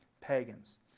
pagans